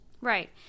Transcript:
Right